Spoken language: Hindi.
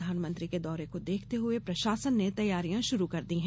प्रधानमंत्री के दौरे को देखते हुए प्रशासन ने तैयारियां शुरू कर दी है